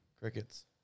Crickets